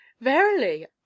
verily